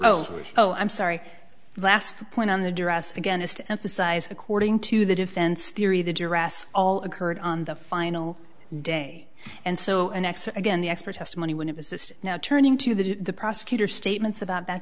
oh oh i'm sorry the last point on the dress again is to emphasize according to the defense theory the duress all occurred on the final day and so an ex again the expert testimony when it was just now turning to the prosecutor statements about that